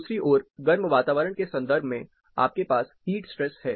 दूसरी ओर गर्म वातावरण के संबंध में आपके पास हीट स्ट्रेस है